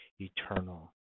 eternal